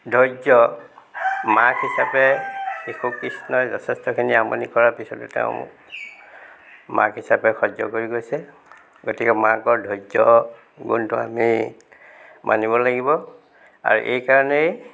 ধৈৰ্য্য় মাক হিচাপে শিশু কৃষ্ণই যথেষ্টখিনি আমনি কৰাৰ পিচতো তেওঁ মাক হিচাপে সহ্য় কৰি গৈছে গতিকে মাকৰ ধৈৰ্য্য় গুণটো আমি মানিব লাগিব আৰু এই কাৰণেই